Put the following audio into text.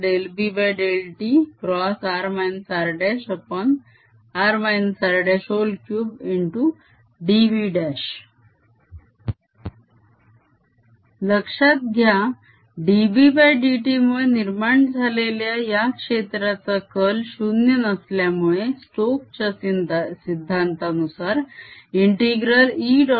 rt 14πBr∂t×r rr r3dV लक्षात घ्या dBdt मुळे निर्माण झालेल्या या क्षेत्राचा कर्ल 0 नसल्यामुळे स्टोक च्या सिद्धांतानुसारStoke's law ∫ ∫E